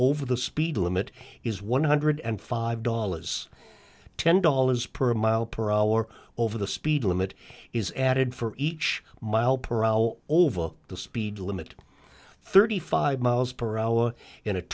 over the speed limit is one hundred and five dollars ten dollars per mile per hour over the speed limit is added for each mile per hour over the speed limit thirty five miles per hour in a